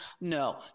No